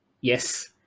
Yes